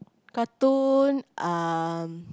cartoon uh